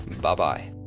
Bye-bye